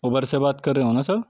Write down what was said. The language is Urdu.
اوبر سے بات کر رہے ہو نا سر